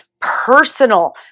personal